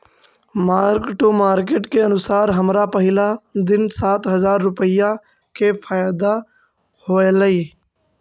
mark to market के अनुसार हमरा पहिला दिन सात हजार रुपईया के फयदा होयलई